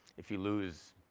if you lose,